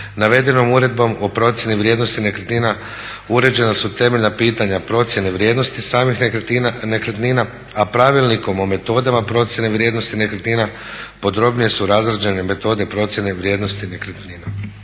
Navedenom Uredbom o procjeni vrijednosti nekretnina uređena su temeljna pitanja procjene vrijednosti samih nekretnina a pravilnikom o metodama procjene vrijednosti nekretnina podrobnije su razrađene metode procjene vrijednosti nekretnina.